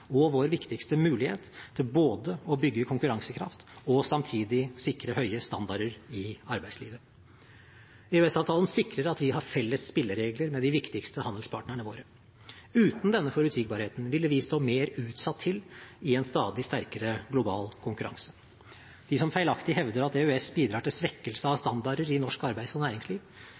og vår viktigste mulighet til både å bygge konkurransekraft og samtidig sikre høye standarder i arbeidslivet. EØS-avtalen sikrer at vi har felles spilleregler med de viktigste handelspartnerne våre. Uten denne forutsigbarheten ville vi stå mer utsatt til i en stadig sterkere global konkurranse. De som feilaktig hevder at EØS bidrar til svekkelse av